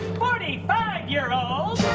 forty five year and um old!